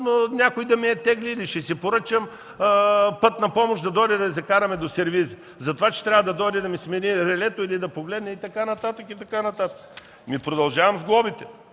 някой да ми я тегли или ще си поръчам „Пътна помощ” да дойде да я закараме до сервиза заради това, че трябва да дойде някой да ми смени релето или да погледне и така нататък?! Продължавам с глобите.